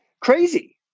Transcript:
Crazy